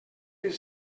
les